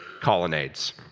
colonnades